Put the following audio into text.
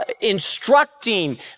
instructing